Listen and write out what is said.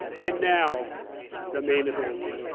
and now the main event.